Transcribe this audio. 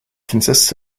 consists